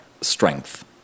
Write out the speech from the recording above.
strength